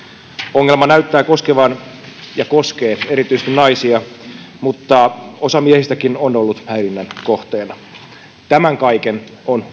ongelma näyttää koskevan ja koskee erityisesti naisia mutta osa miehistäkin on ollut häirinnän kohteena tämän kaiken on